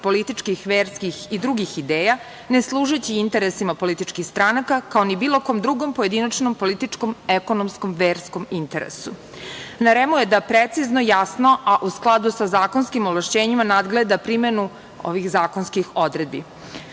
političkih, verskih i drugih ideja ne služeći interesima političkih stranaka, kao ni bilo kom drugom pojedinačnom, političkom, ekonomskom, verskom interesu. Na REM-u je da precizno, jasno, a u skladu sa zakonskim ovlašćenjima nadgleda primenu ovih zakonskih odredbi. Nove